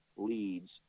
leads